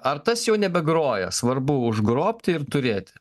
ar tas jau nebegroja svarbu užgrobti ir turėti